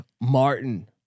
Martin